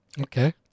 Okay